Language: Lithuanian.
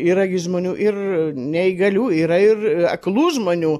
yra gi žmonių ir neįgalių yra ir aklų žmonių